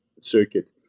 circuit